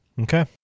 Okay